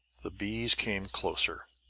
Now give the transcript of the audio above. the bees came closer.